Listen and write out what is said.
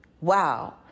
Wow